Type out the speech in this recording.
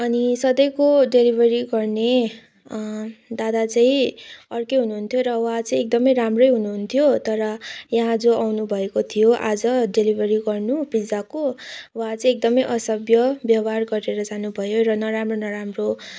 अनि सधैँको डेलिभेरी गर्ने दादा चाहिँ अर्कै हुनुहुन्थ्यो र उहाँचाहिँ एकदमै राम्रै हुनुहुन्थ्यो तर यहाँ जो आउनु भएको थियो आज डेलिभेरी गर्नु पिज्जाको उहाँ चाहिँ एकदमै असभ्य व्यवहार गरेर जानुभयो र नराम्रो नराम्रो